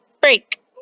break